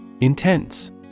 Intense